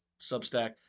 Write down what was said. Substack